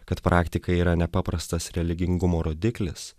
kad praktika yra ne paprastas religingumo rodiklis